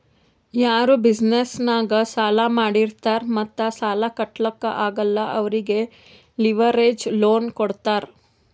ಯಾರು ಬಿಸಿನೆಸ್ ನಾಗ್ ಸಾಲಾ ಮಾಡಿರ್ತಾರ್ ಮತ್ತ ಸಾಲಾ ಕಟ್ಲಾಕ್ ಆಗಲ್ಲ ಅವ್ರಿಗೆ ಲಿವರೇಜ್ ಲೋನ್ ಕೊಡ್ತಾರ್